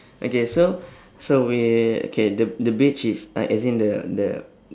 okay so so wait okay the the beach is uh as in the the